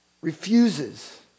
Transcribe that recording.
refuses